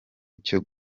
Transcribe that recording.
icyo